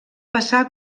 passar